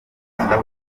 kumva